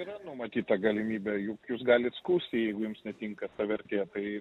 yra numatyta galimybė juk jūs galit skųstis jeigu jums netinka ta vertė tai